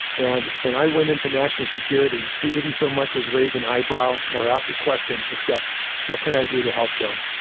and when i went into national security, he didn't so much as raise an eyebrow or ask a question, except what can i do to help, jim?